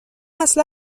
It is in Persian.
اصلا